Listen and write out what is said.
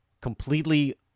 completely